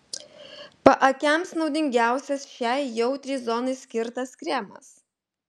paakiams naudingiausias šiai jautriai zonai skirtas kremas